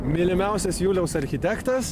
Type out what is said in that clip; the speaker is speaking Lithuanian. mylimiausias juliaus architektas